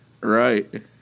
right